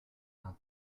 d’un